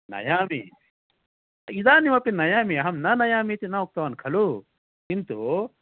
नयामि इदानीमपि नयामि अहं न नयामि इति न उक्तवान् खलु किन्तु